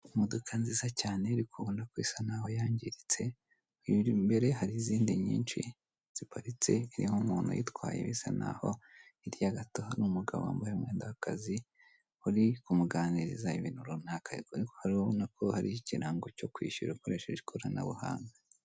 Imodoka nziza cyane uri kubona ko bisa n'aho yangiritse, imbere hari izindi nyinshi ziparitse harimo umuntu uyitwaye bisa n'aho hirya gato hari umugabo wambaye umwenda w'akazi uri kumuganiriza, ibintu runaka, urabona ko hariho ikirango cyo kwishyura ukoresheje ikoranabuhanga.